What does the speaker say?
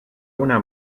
una